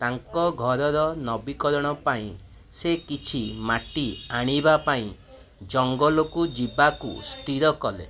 ତାଙ୍କ ଘରର ନବୀକରଣ ପାଇଁ ସେ କିଛି ମାଟି ଆଣିବା ପାଇଁ ଜଙ୍ଗଲକୁ ଯିବାକୁ ସ୍ଥିର କଲେ